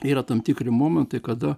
yra tam tikri momentai kada